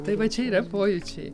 tai va čia yra pojūčiai